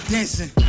Dancing